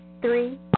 Three